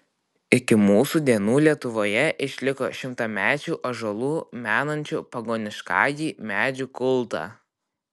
iki mūsų dienų lietuvoje išliko šimtamečių ąžuolų menančių pagoniškąjį medžių kultą